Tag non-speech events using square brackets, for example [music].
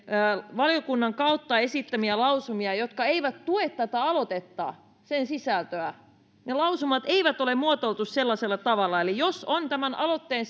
valiokunnan kautta esittämiä lausumia jotka eivät tue tätä aloitetta sen sisältöä niitä lausumia ei ole muotoiltu sellaisella tavalla eli jos on tämän aloitteen [unintelligible]